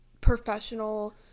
professional